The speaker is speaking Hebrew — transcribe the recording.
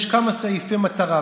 יש כמה סעיפי מטרה,